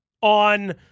on